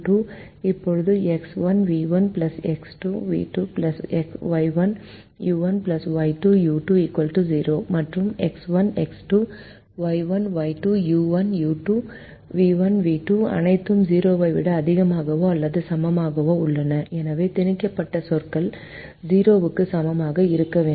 இப்போது X1v1 X2v2 Y1 u1 Y2 u2 0 மற்றும் X1 X2 Y1 Y2 u1 u2 v1 v2 அனைத்தும் 0 ஐ விட அதிகமாகவோ அல்லது சமமாகவோ உள்ளன எனவே தனிப்பட்ட சொற்கள் 0 க்கு சமமாக இருக்க வேண்டும்